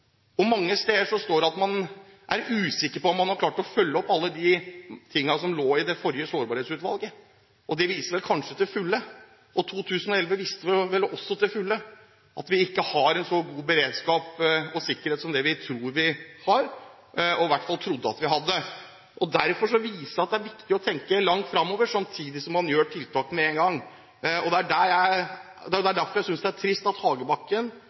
og mange steder står det at man er usikker på om man har klart å følge opp alle de tingene som lå i rapporten fra det forrige sårbarhetsutvalget. Det viser vel kanskje til fulle – og 2011 viste vel også til fulle – at vi ikke har en så god beredskap og sikkerhet som det vi tror vi har, i hvert fall trodde at vi hadde. Derfor viser dette at det er viktig å tenke langt fremover, samtidig som man gjør tiltak med én gang. Det er derfor jeg synes det er trist at Hagebakken, sammen med resten av flertallet i denne sal, stemmer ned forslaget. Han sier at